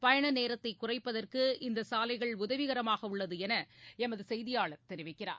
பயண நேரத்தைக் குறைப்பதற்கு இந்த சாலைகள் உதவிகரமாக உள்ளது என எம்து செய்தியாளர் தெரிவிக்கிறார்